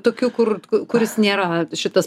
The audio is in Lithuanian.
tokiu kur kuris nėra šitas